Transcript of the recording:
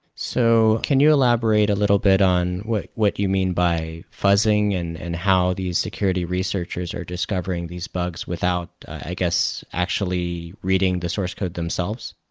so can you elaborate a little bit on what what you mean by fuzzing and and how these security researchers are discovering these bugs without, i guess, actually reading the source code themselves.